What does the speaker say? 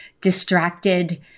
distracted